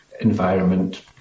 environment